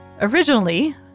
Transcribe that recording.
Originally